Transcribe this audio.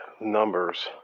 numbers